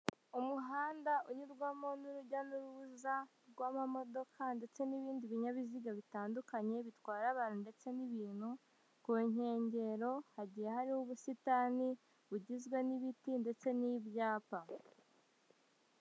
Umuhanda unyurwamo n'urujya n'uruza rw'amamodoka. Ndetse n'ibindi binyabiziga bitandukanye bitwaye abantu ndetse n'ibintu. Ku nkengero hagiye hari ubusitani bugizwe n'ibiti ndetse n'ibyapa.